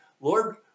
Lord